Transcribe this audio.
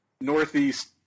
northeast